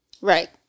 Right